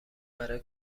برای